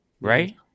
right